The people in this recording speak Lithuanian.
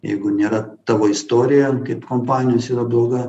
jeigu nėra tavo istorija kaip kompanijos yra bloga